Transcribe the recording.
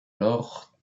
alors